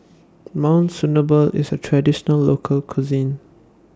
Monsunabe IS A Traditional Local Cuisine